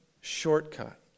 shortcut